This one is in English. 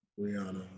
Rihanna